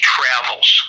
Travels